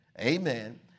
Amen